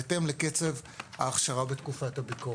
בהתאם לקצב ההכשרה בתקופת הביקורת.